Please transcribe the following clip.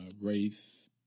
race